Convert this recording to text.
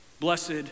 Blessed